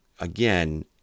again